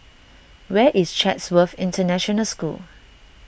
where is Chatsworth International School